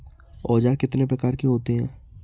औज़ार कितने प्रकार के होते हैं?